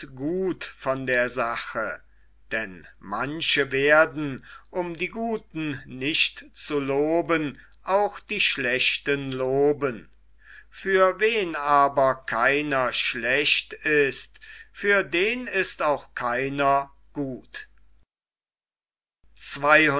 gut von der sache denn manche werden um die guten nicht zu loben auch die schlechten loben für wen aber keiner schlecht ist für den ist auch keiner gut